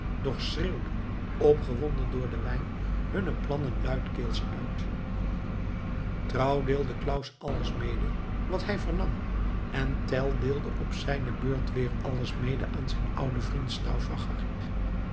doch schreeuwden opgewonden door den wijn hunne plannen luidkeels uit trouw deelde claus alles mede wat hij vernam en tell deelde op zijne beurt weer alles mede aan zijn ouden